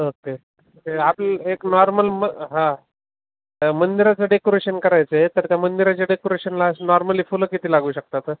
okay आपलं एक normal म हां मंदिराचं डेकोरेशन करायचं आहे तर त्या मंदिराच्या डेकोरेशनला नॉर्मली फुलं किती लागू शकतात